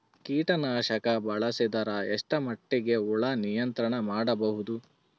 ಕೀಟನಾಶಕ ಬಳಸಿದರ ಎಷ್ಟ ಮಟ್ಟಿಗೆ ಹುಳ ನಿಯಂತ್ರಣ ಮಾಡಬಹುದು?